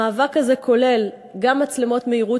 המאבק הזה כולל גם מצלמות מהירות,